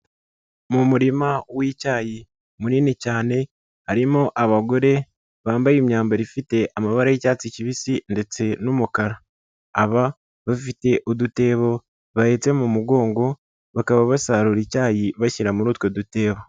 Mu murima w'icyayi munini cyane harimo abagore bambaye imyambaro ifite amabara y'icyatsi kibisi ndetse n'umukara, aba bafite udutebo bahetse mu mugongo bakaba basarura icyayi bashyira muri utwo dutebo.